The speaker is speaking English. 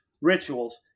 rituals